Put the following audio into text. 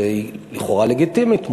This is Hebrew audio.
שהיא לכאורה לגיטימית,